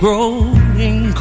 Growing